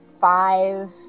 five